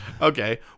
okay